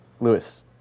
Lewis